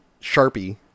Sharpie